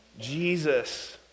Jesus